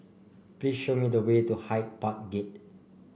please show me the way to Hyde Park Gate